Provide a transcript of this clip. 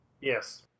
Yes